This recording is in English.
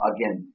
Again